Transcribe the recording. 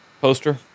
Poster